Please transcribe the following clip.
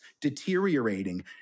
deteriorating